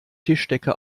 tischdecke